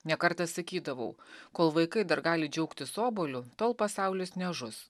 ne kartą sakydavau kol vaikai dar gali džiaugtis obuoliu tol pasaulis nežus